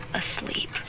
asleep